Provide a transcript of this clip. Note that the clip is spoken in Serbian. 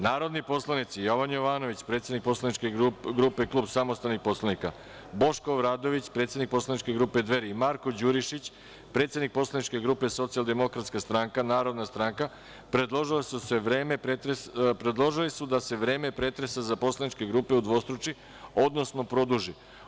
Narodni poslanici Jovan Jovanović, predsednik Poslaničke grupe Klub samostalnih poslanika, Boško Obradović, predsednik Poslaničke grupe Dveri i Marko Đurišić, predsednik Poslaničke grupe Socijaldemokratska stranka, Narodna stranka, predložili su da se vreme pretresa za poslaničke grupe udvostruči, odnosno produži.